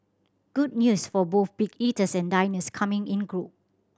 good news for both big eaters and diners coming in group